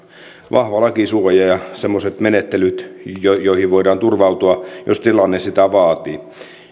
vahva lakisuoja ja semmoiset menettelyt joihin joihin voidaan turvautua jos tilanne sitä vaatii